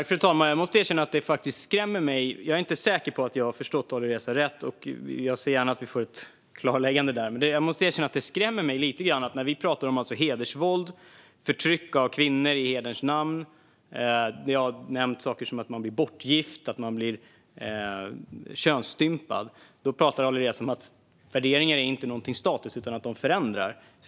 Fru talman! Jag är inte säker på att jag har förstått Alireza rätt, och jag ser gärna att vi får ett klarläggande, men jag måste erkänna att detta skrämmer mig lite grann. När vi pratar om hedersvåld, om förtryck av kvinnor i hederns namn och om att man blir bortgift eller könsstympad pratar Alireza om att värderingar inte är något statiskt utan förändras.